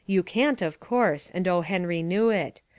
you can't, of course and o. henry knew it.